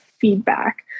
feedback